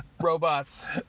Robots